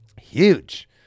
huge